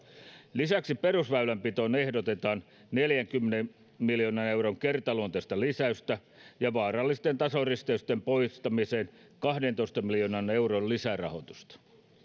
lisäksi perusväylänpitoon ehdotetaan neljänkymmenen miljoonan euron kertaluonteista lisäystä ja vaarallisten tasoristeysten poistamiseen kahdentoista miljoonan euron lisärahoitusta